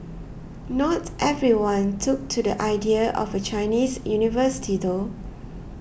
not everyone took to the idea of a Chinese university though